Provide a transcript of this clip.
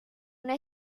una